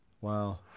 Wow